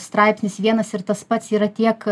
straipsnis vienas ir tas pats yra tiek